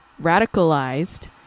radicalized